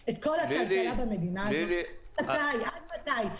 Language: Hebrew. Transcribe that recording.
--- את כל הכלכלה במדינה הזאת עד מתי?